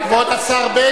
כבוד השר בגין.